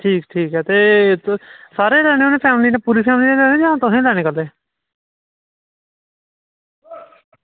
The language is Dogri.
ठीक ठीक ऐ ते तुस सारें आस्तै लैने फैमली आस्तै जां सिर्फ तुसें लैने कल्ले